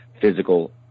physical